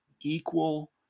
equal